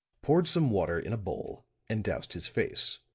poured some water in a bowl and doused his face.